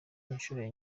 inshuro